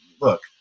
look